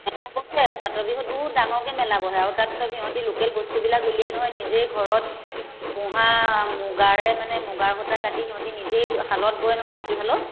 মেলা বহে ফাটৰ বিহুত বহুত ডাঙৰকে মেলা বহে আৰু তাত চব সিহঁতি লোকেল বস্তুবিলাক উলিয়াই নহয় নিজেই ঘৰত পোহা মুগাৰে মানে মুগা সূতা কাটি সিহঁতি নিজেই শালত বয় নহয় মাটিশালত